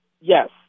yes